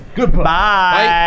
Goodbye